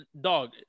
dog